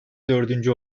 dördüncü